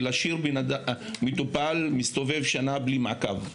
ולהשאיר מטופל להסתובב שנה ללא מעקב.